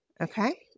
Okay